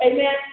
Amen